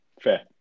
Fair